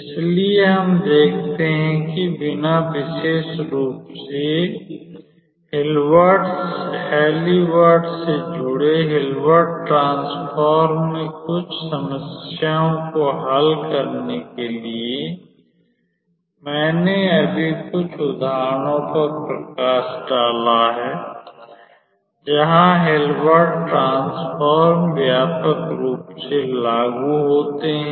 इसलिए हम देखते हैं कि बिना विशेष रूप से हेलीबर्ट से जुड़े हिल्बर्ट ट्रांसफॉर्म में कुछ समस्याओं को हल करने के लिए मैंने अभी कुछ उदाहरणों पर प्रकाश डाला है जहां हिल्बर्ट ट्रांसफॉर्म व्यापक रूप से लागू होते हैं